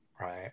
Right